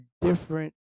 different